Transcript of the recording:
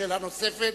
שאלה נוספת,